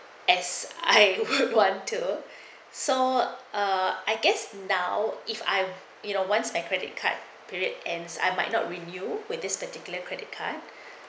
as I one too so uh I guess now if I you know once my credit card period ends I might not renew with this particular credit card